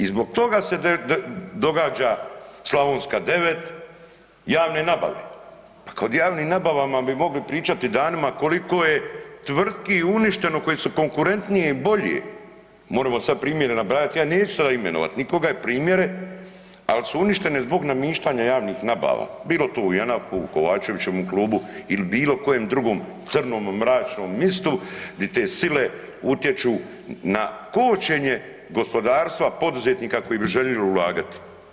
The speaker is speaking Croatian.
I zbog toga se događa Slavonska 9. Javne nabave, kod javnih nabavama bi mogli pričati danima koliko je tvrtki uništeno koje su konkurentnije i bolje, moremo sad primjere nabrajati, ja neću sada imenovat nikoga i primjere, ali su uništene zbog namištanja javnih nabava, bilo to u JANAF-u, u Kovačevićevom klubu ili bilo kojem drugom crnom mračnom mistu di te sile uječu na kočenje gospodarstva poduzetnika koji bi željeli ulagati.